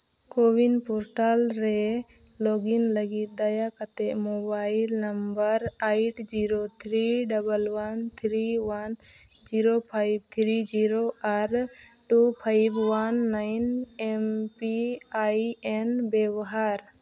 CoWIN portal ᱨᱮ log in ᱞᱟᱹᱜᱤᱫ ᱫᱟᱭᱟ ᱠᱟᱛᱮᱫ mobile number eight zero three double one three one zero five three zero ᱟᱨ two five one nine M P I N ᱵᱮᱵᱚᱦᱟᱨ